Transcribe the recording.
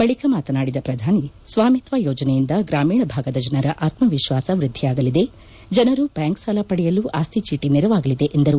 ಬಳಿಕ ಮಾತನಾಡಿದ ಪ್ರಧಾನಿ ಸ್ನಾಮಿತ್ನ ಯೋಜನೆಯಿಂದ ಗ್ರಾಮೀಣ ಭಾಗದ ಜನರ ಆತ್ನವಿತ್ನಾಸ ವ್ಯಧಿಯಾಗಲಿದೆ ಜನರು ಬ್ನಾಂಕ್ ಸಾಲ ಪಡೆಯಲು ಆಸ್ನಿ ಚೀಟಿ ನೆರವಾಗಲಿದೆ ಎಂದರು